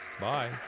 Bye